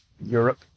europe